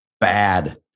bad